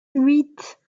huit